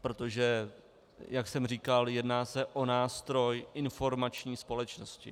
Protože, jak jsem říkal, jedná se o nástroj informační společnosti.